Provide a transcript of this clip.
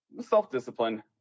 Self-discipline